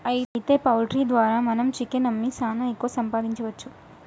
అయితే పౌల్ట్రీ ద్వారా మనం చికెన్ అమ్మి సాన ఎక్కువ సంపాదించవచ్చు